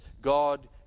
God